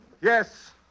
yes